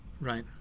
right